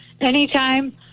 anytime